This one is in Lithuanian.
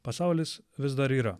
pasaulis vis dar yra